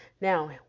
Now